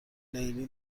لیلی